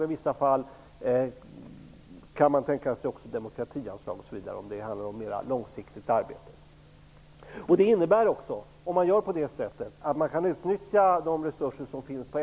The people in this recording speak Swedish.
I vissa fall, om det handlar om mer långsiktigt arbete, kan man tänka sig att de t.ex. får bidrag från demokratianslag. Jag håller med om att det är viktigt att organisationerna kan bibehålla sitt grundbidrag.